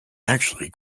actually